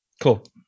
Cool